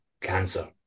cancer